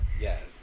yes